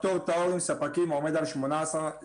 פטור טהור מספקים עומד על 18%-19%.